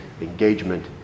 engagement